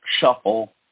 shuffle